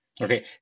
Okay